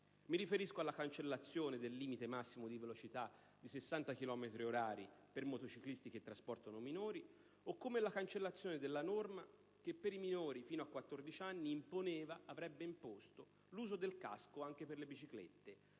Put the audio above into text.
Mi riferisco alla cancellazione del limite massimo di velocità di 60 chilometri orari per motociclisti che trasportano minori, o alla cancellazione della norma che per i minori fino a 14 anni avrebbe imposto l'uso del casco anche sulle biciclette.